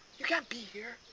you can't be here.